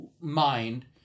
mind